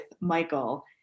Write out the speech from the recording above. Michael